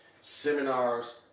seminars